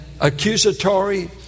accusatory